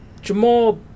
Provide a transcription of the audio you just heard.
Jamal